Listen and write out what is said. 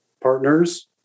Partners